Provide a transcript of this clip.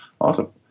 Awesome